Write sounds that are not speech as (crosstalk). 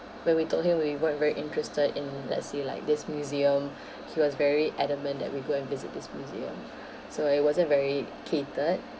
when we told him we weren't very interested in let's say like this museum (breath) he was very adamant that we go and visit this museum so it wasn't very catered